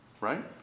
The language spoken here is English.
Right